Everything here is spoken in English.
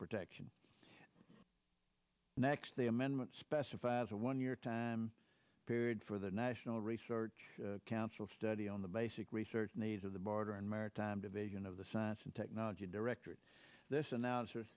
protection next the amendment specifies a one year time period for the national research council study on the basic research needs of the border and maritime division of the science and technology directorate this announcer